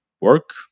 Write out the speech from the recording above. work